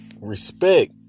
respect